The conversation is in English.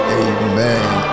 amen